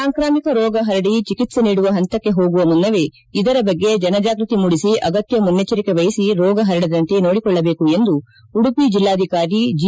ಸಾಂಕ್ರಾಮಿಕ ರೋಗ ಪರಡಿ ಚಿಟಿತ್ಸೆ ನೀಡುವ ಪಂತಕ್ಕೆ ಹೋಗುವ ಮುನ್ನವೇ ಇದರ ಬಗ್ಗೆ ಜನ ಜಾಗೃತಿ ಮೂಡಿಸಿ ಆಗತ್ಯ ಮುನ್ನೆಜ್ಜರಿಕೆಮಹಿಸಿ ರೋಗ ಪರಡದಂತೆ ನೋಡಿಕೊಳ್ಳಬೇಕು ಎಂದು ಉಡುಪಿ ಜಿಲ್ಲಾಧಿಕಾರಿ ಜೆ